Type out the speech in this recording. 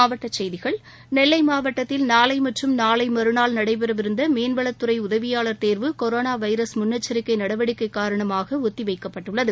மாவட்ட செய்கிகள் நெல்லை மாவட்டத்தில் நாளை மற்றும் நாளை மறுநாள் நடைபெறவிருந்த மீன்வளத் துறை உதவியாளர் தேர்வு கொரோனா வைரஸ் முன்னெச்சரிக்கை நடவடிக்கை காரணமாக ஒத்திவைக்கப்பட்டுள்ளது